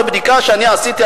בבדיקה שאני עשיתי,